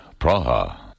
Praha